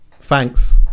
Thanks